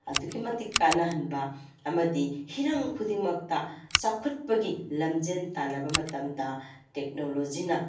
ꯑꯗꯨꯛꯀꯤ ꯃꯇꯤꯛ ꯀꯥꯟꯅꯍꯟꯕ ꯑꯃꯗꯤ ꯍꯤꯔꯝ ꯈꯨꯗꯤꯡꯃꯛꯇ ꯆꯥꯎꯈꯠꯄꯒꯤ ꯂꯝꯖꯦꯟ ꯇꯥꯟꯅꯕ ꯃꯇꯝꯗ ꯇꯦꯛꯅꯣꯂꯣꯖꯤꯅ